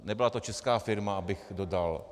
Nebyla to česká firma, abych dodal.